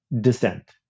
dissent